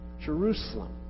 Jerusalem